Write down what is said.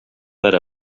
per